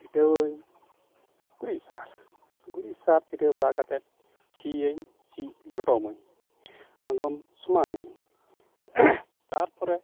ᱪᱷᱤᱴᱟᱹᱣᱟᱹᱧ ᱜᱩᱨᱤᱡ ᱥᱟᱦᱟᱨ ᱜᱩᱨᱤᱡ ᱥᱟᱨ ᱪᱷᱤᱴᱟᱹᱣ ᱵᱟᱲᱟ ᱠᱟᱛᱮᱫ ᱥᱤᱭᱟᱹᱧ ᱥᱤ ᱞᱚᱴᱚᱢᱟᱹᱧ ᱟᱲᱜᱚᱢ ᱥᱚᱢᱟᱱᱟᱹᱧ ᱛᱟᱨᱯᱚᱨᱮ